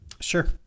Sure